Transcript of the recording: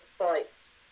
fights